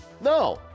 no